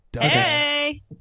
Hey